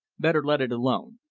better let it alone.